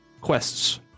quests